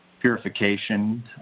purification